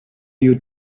you